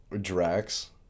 Drax